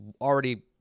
already